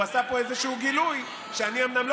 הוא עשה פה איזשהו גילוי שאני אומנם לא